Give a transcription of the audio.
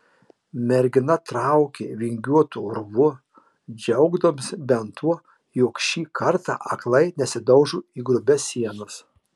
mergina traukė vingiuotu urvu džiaugdamasi bent tuo jog šį kartą aklai nesidaužo į grubias sienas